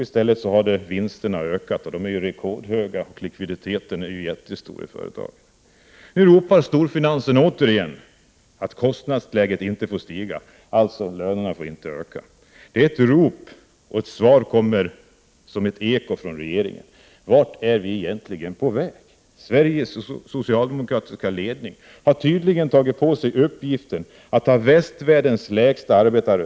I stället har vinsterna ökat så att de i dag är rekordhöga, och likviditeten i företagen är jättestor. Nu ropar storfinansen återigen att kostnadsläget inte får stiga, alltså att lönerna inte får öka. Och på det ropet kommer svar som ett eko från regeringen. Vart är vi egentligen på väg? Sveriges socialdemokratiska ledning har tydligen tagit på sig uppgiften att Sverige skall ha västvärldens lägsta arbetarlöner.